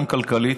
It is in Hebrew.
גם כלכלית.